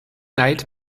night